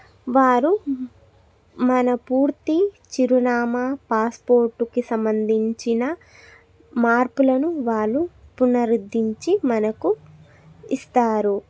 వారు మన పూర్తి చిరునామా పాస్పోర్టుకి సంబంధించిన మార్పులను వాళ్ళు పునరుద్ధరించి మనకు ఇస్తారు